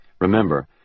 Remember